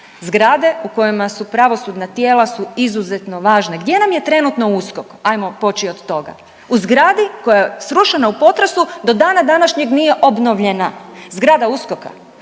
Zgrade u kojima su pravosudna tijela su izuzetno važne. Gdje nam je trenutno USKOK, ajmo poći od toga, u zgradi koja je srušena u potresu do dana današnjeg nije obnovljena zgrada USKOK-a,